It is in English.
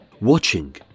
watching